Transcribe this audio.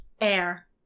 Air